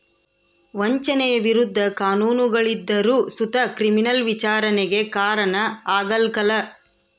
ವಂಚನೆಯ ವಿರುದ್ಧ ಕಾನೂನುಗಳಿದ್ದರು ಸುತ ಕ್ರಿಮಿನಲ್ ವಿಚಾರಣೆಗೆ ಕಾರಣ ಆಗ್ಕಲ